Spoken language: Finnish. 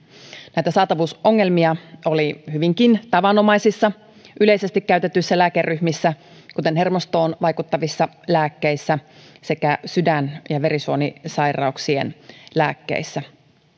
näitä saatavuusongelmia oli hyvinkin tavanomaisissa yleisesti käytetyissä lääkeryhmissä kuten hermostoon vaikuttavissa lääkkeissä sekä sydän ja verisuonisairauksien lääkkeissä